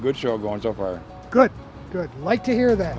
good show going so far good good like to hear that